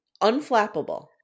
unflappable